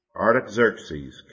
Artaxerxes